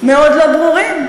מאוד לא ברורים.